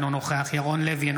אינו נוכח ירון לוי,